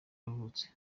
yavutse